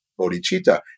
Bodhicitta